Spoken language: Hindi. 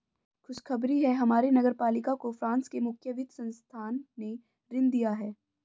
खुशखबरी है हमारे नगर पालिका को फ्रांस के मुख्य वित्त संस्थान ने ऋण दिया है